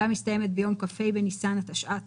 והמסתיימת ביום כ"ה בניסן התשע"ט,